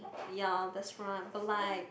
ya that's right but like